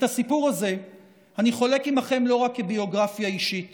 את הסיפור הזה אני חולק עימכם לא רק כביוגרפיה אישית